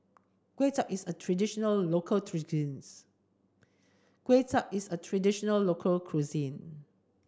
Kway Chap is a traditional local cuisine